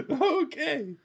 okay